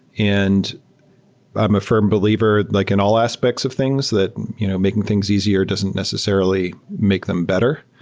and i'm a fi rm believer like in all aspects of things that you know making things easier doesn't necessarily make them better.